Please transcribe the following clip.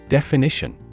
Definition